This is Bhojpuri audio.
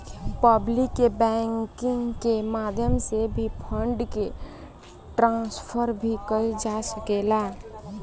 पब्लिक बैंकिंग के माध्यम से भी फंड के ट्रांसफर भी कईल जा सकेला